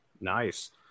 Nice